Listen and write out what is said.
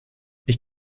ich